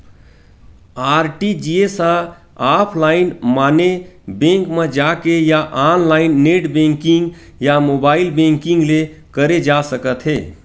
RTGS ह offline माने bank म जाके या ऑनलाईन नेट बेंकिंग या मोबाईल बेंकिंग ले करे जा सकत हे